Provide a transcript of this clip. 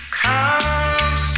come